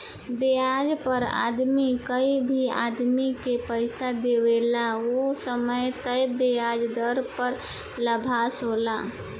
ब्याज पर आदमी कोई भी आदमी के पइसा दिआवेला ओ समय तय ब्याज दर पर लाभांश होला